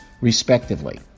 respectively